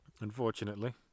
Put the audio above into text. Unfortunately